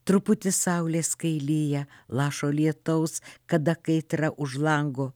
truputį saulės kai lyja lašo lietaus kada kaitra už lango